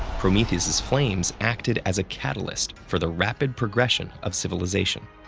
prometheus's flames acted as a catalyst for the rapid progression of civilization.